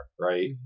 right